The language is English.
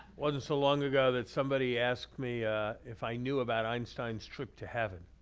wasn't so long ago that somebody asked me if i knew about einstein's trip to heaven.